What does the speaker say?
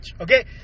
okay